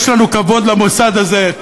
יש לנו כבוד למוסד הזה,